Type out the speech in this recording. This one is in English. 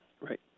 Right